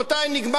נגמר,